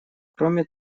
кроме